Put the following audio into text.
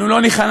אנו לא ניכנע,